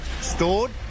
stored